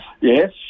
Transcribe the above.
Yes